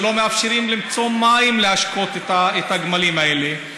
כשלא מאפשרים למצוא מים להשקות את הגמלים האלה,